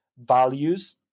values